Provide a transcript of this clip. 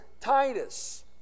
Titus